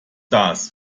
das